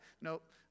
Nope